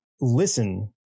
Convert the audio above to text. listen